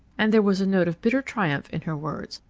and there was a note of bitter triumph in her words,